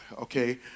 okay